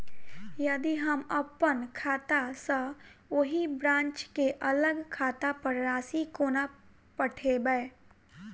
यदि हम अप्पन खाता सँ ओही ब्रांच केँ अलग खाता पर राशि कोना पठेबै?